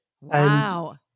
Wow